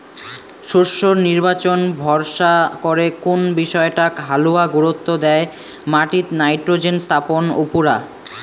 শস্যর নির্বাচন ভরসা করে কুন বিষয়টাক হালুয়া গুরুত্ব দ্যায় মাটিত নাইট্রোজেন স্থাপন উপুরা